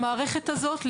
המערכת הזאת,